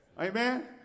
Amen